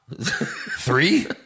Three